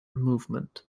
movement